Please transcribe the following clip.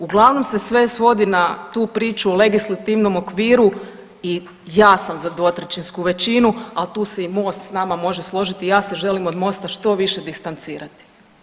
Uglavnom se sve svodi na tu priču o legislativnom okviru i ja sam za 2/3 većinu, a tu se i MOST s nama može složiti, ja se želim od MOST-a što više distancirati.